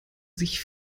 sich